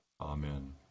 Amen